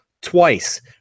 twice